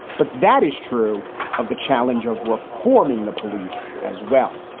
but that is true of the challenge of reforming the police as well